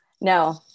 No